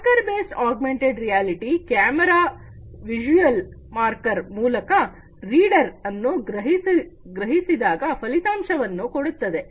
marker based augmented reality camera ಅಥವಾ visual marker ಮೂಲಕ reader ಅನ್ನು ಗ್ರಹಿಸಿದಾಗ ಫಲಿತಾಂಶವನ್ನು ಕೊಡುತ್ತದೆ